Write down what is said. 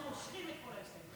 אנחנו מושכים את כל ההסתייגויות.